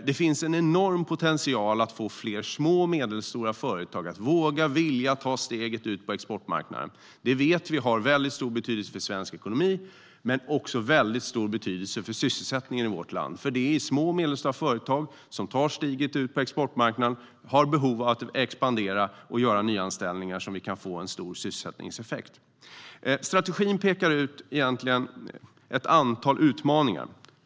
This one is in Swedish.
Det finns en enorm potential att få fler små och medelstora företag att våga och vilja ta steget ut på exportmarknaden. Vi vet att det har mycket stor betydelse för svensk ekonomi, men det har också mycket stor betydelse för sysselsättningen i vårt land. Det är nämligen genom små och medelstora företag, som tar steget ut på exportmarknaden och har behov av att expandera och göra nyanställningar, som vi kan få en stor sysselsättningseffekt. Strategin pekar egentligen ut ett antal utmaningar.